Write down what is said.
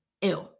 ew